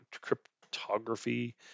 cryptography